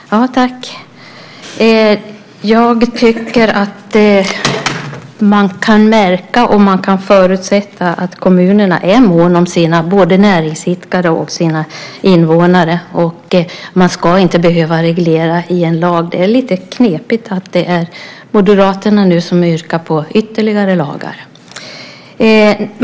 Herr talman! Jag tycker att man kan märka och förutsätta att kommunerna är måna om sina näringsidkare och sina invånare. Man ska inte behöva reglera detta i en lag. Det är lite knepigt att det är Moderaterna som yrkar på ytterligare lagar.